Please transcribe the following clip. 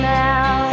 now